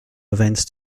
events